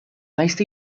faced